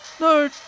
No